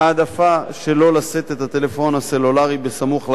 העדפה שלא לשאת את הטלפון הסלולרי סמוך לגוף,